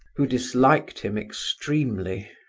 who disliked him extremely.